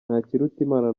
ntakirutimana